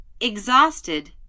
Exhausted